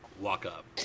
walk-up